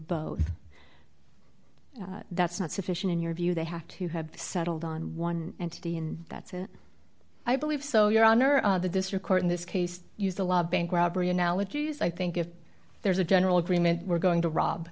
both that's not sufficient in your view they have to have settled on one entity and that's it i believe so your honor the district court in this case used a lot of bank robbery analogies i think if there's a general agreement we're going to rob